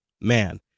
Man